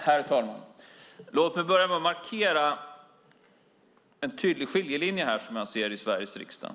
Herr talman! Låt mig börja med att markera en tydlig skiljelinje som jag ser i Sveriges riksdag.